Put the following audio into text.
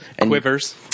Quivers